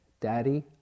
Daddy